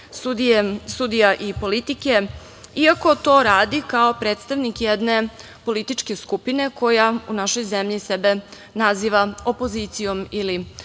sudija i politike, iako to radi kao predstavnik jedne političke skupine koja u našoj zemlji sebe naziva opozicijom ili